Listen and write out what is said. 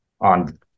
on